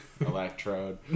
Electrode